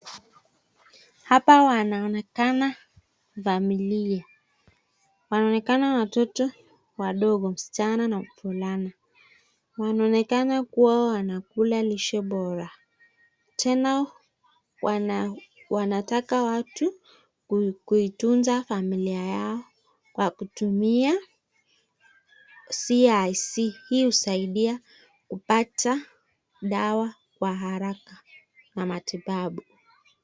Hapa wanaonekana familia. Wanaonekana watoto wadogo, msichana na mvulana. Wanaonekana kuwa wanakula lishe bora. Tena wanataka watu kuitunza familia yao kwa kutumia CIC. Hii husaidia kupata dawa kwa haraka na matibabu.